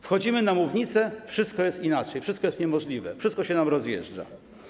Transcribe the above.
Wchodzimy na mównicę, wszystko jest inaczej, wszystko jest niemożliwe, wszystko się nam rozjeżdża.